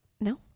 No